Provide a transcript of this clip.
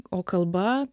o kalba